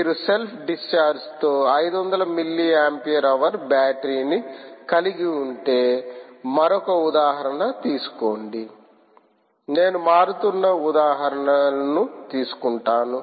మీరు self discharge తో 500 milli ampere hour battery ని కలిగి ఉంటే మరొక ఉదాహరణ తీసుకోండి నేను మారుతున్న ఉదాహరణలను తీసుకుంటాను